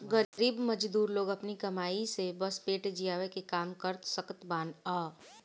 गरीब मजदूर लोग अपनी कमाई से बस पेट जियवला के काम कअ सकत बानअ